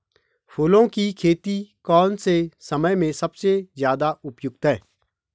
फूलों की खेती कौन से समय में सबसे ज़्यादा उपयुक्त है?